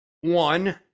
One